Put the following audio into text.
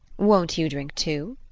won't you drink too?